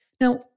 Now